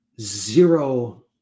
zero